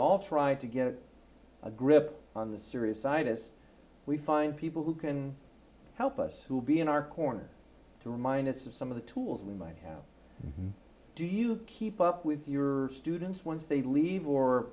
all try to get a grip on the serious side is we find people who can help us who will be in our corner to remind us of some of the tools we might have do you keep up with your students once they leave or